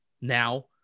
now